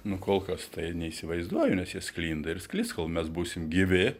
nu kol kas tai neįsivaizduoju nes jie sklinda ir sklis kol mes būsim gyvi